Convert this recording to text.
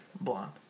Blonde